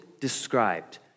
described